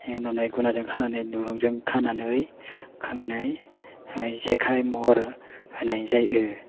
हेबनानै गुनाजों खानानै दुरुजों खानानै जेखाय महर होनाय जायो